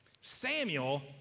Samuel